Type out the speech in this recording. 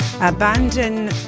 Abandon